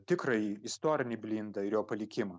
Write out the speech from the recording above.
tikrąjį istorinį blindą ir jo palikimą